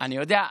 אני יודע.